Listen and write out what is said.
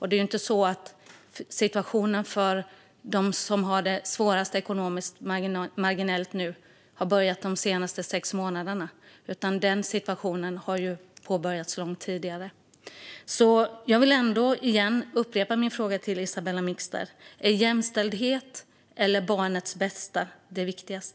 Det är ju inte så att situationen för dem som nu har det svårast ekonomiskt har uppstått de senaste sex månaderna, utan den uppkom ju långt tidigare. Jag vill upprepa min fråga till Isabell Mixter: Är jämställdhet eller barnets bästa viktigast?